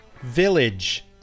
village